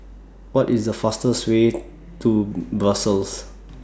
What IS The fastest Way to Brussels